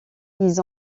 ils